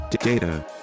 data